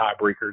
tiebreakers